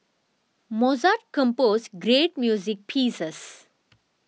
Mozart composed great music pieces